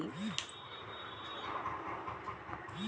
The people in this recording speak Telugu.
మిరపకాయ ఎక్కువ కాలం నిల్వ చేయటానికి ఎంత తడి ఉండాలి?